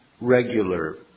regular